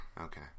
Okay